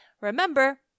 remember